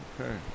Okay